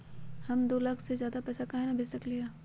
हम दो लाख से ज्यादा पैसा काहे न भेज सकली ह?